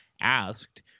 asked